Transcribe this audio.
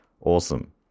awesome